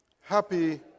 Happy